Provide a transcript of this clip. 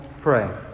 pray